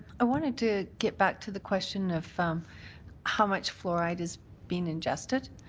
i wanted to get back to the question of how much fluoride is being ingested.